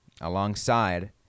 alongside